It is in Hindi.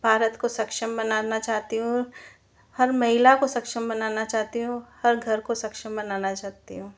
भारत को सक्षम बनाना चाहती हूँ हर महिला को सक्षम बनाना चाहती हूँ हर घर को सक्षम बनाना चाहती हूँ